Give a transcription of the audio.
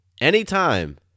Anytime